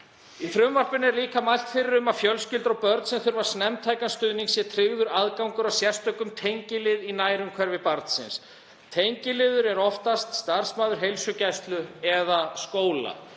Í frumvarpinu er líka mælt fyrir um að fjölskyldum og börnum sem þurfa snemmtækan stuðning sé tryggður aðgangur að sérstökum tengilið í nærumhverfi barnsins. Tengiliður er oftast starfsmaður heilsugæslu eða skóla